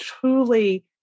truly